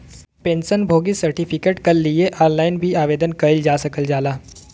pension भोगी certificate कल लिए ऑनलाइन भी आवेदन कइल जा सकल जाला